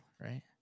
right